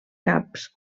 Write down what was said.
caps